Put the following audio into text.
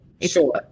Sure